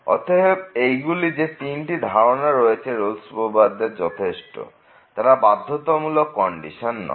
অতএব এইগুলি যে তিনটি ধারণা রয়েছে রোলস উপপাদ্য এর যথেষ্ট এবং তারা বাধ্যতামূলক কন্ডিশন নয়